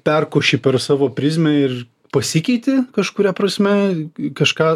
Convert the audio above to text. perkoši per savo prizmę ir pasikeiti kažkuria prasme kažką